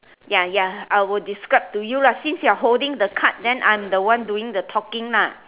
ya ya I will describe to you lah since you holding the card then I am the one doing the talking lah